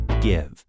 give